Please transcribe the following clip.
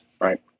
right